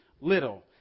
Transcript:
little